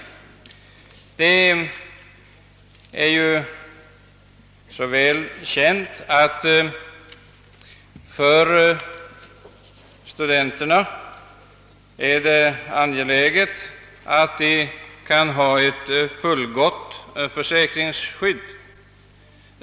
Det är ju väl känt att ett fullgott försäkringsskydd för studenterna är angeläget.